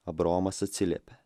abraomas atsiliepė